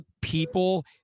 people